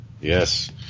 Yes